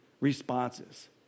responses